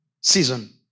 Season